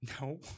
No